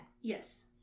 Yes